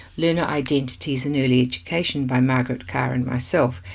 learner identities and early education by margaret carr and myself.